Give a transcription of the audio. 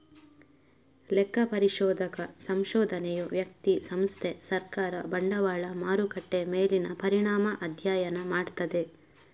ಲೆಕ್ಕ ಪರಿಶೋಧಕ ಸಂಶೋಧನೆಯು ವ್ಯಕ್ತಿ, ಸಂಸ್ಥೆ, ಸರ್ಕಾರ, ಬಂಡವಾಳ ಮಾರುಕಟ್ಟೆ ಮೇಲಿನ ಪರಿಣಾಮ ಅಧ್ಯಯನ ಮಾಡ್ತದೆ